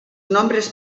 nombres